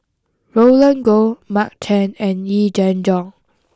Roland Goh Mark Chan and Yee Jenn Jong